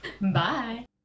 Bye